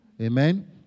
Amen